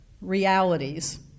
realities